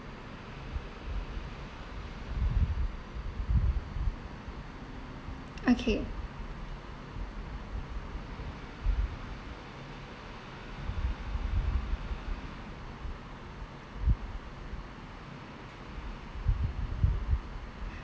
okay